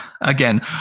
Again